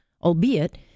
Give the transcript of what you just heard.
albeit